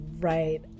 right